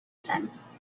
sense